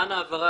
למען ההבהרה